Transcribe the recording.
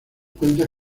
puentes